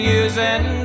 using